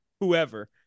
Whoever